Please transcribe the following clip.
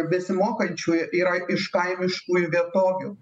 besimokančiųjų yra iš kaimiškųjų vietovių